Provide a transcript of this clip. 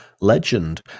legend